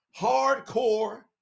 hardcore